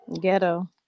Ghetto